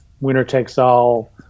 winner-takes-all